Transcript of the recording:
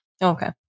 Okay